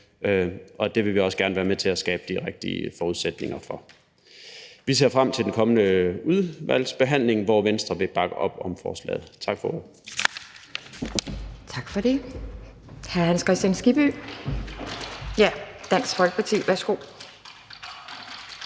og det vil vi også gerne være med til at skabe de rigtige forudsætninger for. Vi ser frem til den kommende udvalgsbehandling, hvor Venstre vil bakke op om forslaget. Tak for ordet.